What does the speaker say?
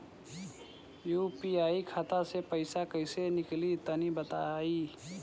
UPI खाता से पइसा कइसे निकली तनि बताई?